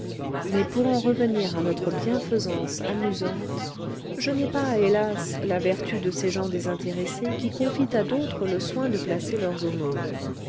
mais pour en revenir à notre bienfaisance amusante je n'ai pas hélas la vertu de ces gens désintéressés qui confient à d'autres le soin de placer leurs